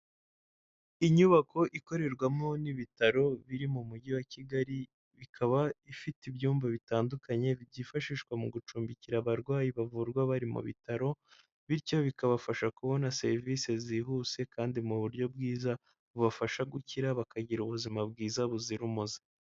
Inyubako ikorerwamo n'ibitaro biri mu mujyi wa Kigali ikaba ifite ibyumba bitandukanye byifashishwa mu gucumbikira abarwayi bavurwa bari mu bitaro, bityo bikabafasha kubona serivisi zihuse kandi mu buryo bwiza bubafasha gukira bakagira ubuzima bwiza buzira umuze.